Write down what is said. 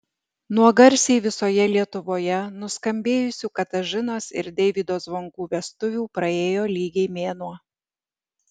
nuo garsiai visoje lietuvoje nuskambėjusių katažinos ir deivydo zvonkų vestuvių praėjo lygiai mėnuo